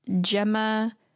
Gemma